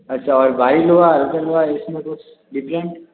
अच्छा और भारी में होगा हल्के में होगा इसमें कुछ डिफरेंट